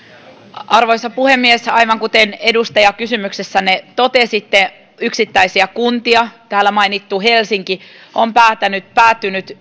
arvoisa puhemies aivan kuten edustaja kysymyksessänne totesitte yksittäisistä kunnista täällä mainittu helsinki on päätynyt